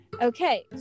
Okay